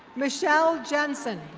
michelle jenson.